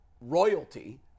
royalty